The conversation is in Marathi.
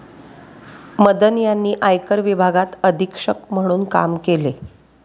मदन यांनी आयकर विभागात अधीक्षक म्हणून काम केले